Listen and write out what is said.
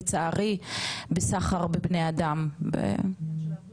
לצערי בסחר בבני אדם ועבדות